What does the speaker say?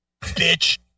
bitch